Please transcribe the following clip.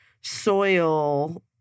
soil